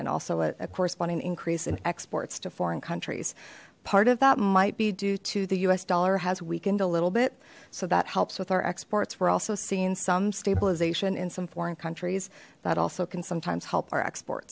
and also a corresponding increase in exports to foreign countries part of that might be due to the us dollar has weakened a little bit so that helps with our exports we're also seeing some stabilization in some foreign countries that also can sometimes help our export